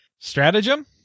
Stratagem